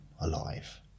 alive